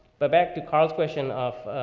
but back to carl's question of,